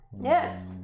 Yes